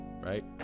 Right